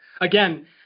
again